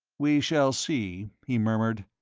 we shall see, he murmured.